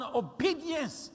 obedience